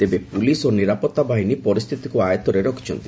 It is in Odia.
ତେବେ ପୁଲିସ୍ ଓ ନିରାପତ୍ତା ବାହିନୀ ପରିସ୍ଥିତିକୁ ଆୟତରେ ରଖିଛନ୍ତି